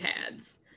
pads